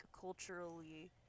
culturally